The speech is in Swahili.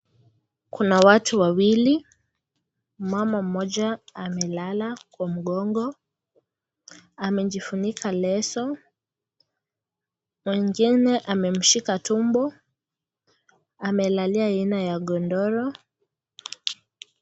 Kuna watu wawili, mama mmoja amelala kwa mgongo, amejifunika leso, mwingine amemshika tumbo. Amelalia aina ya godoro.